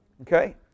Okay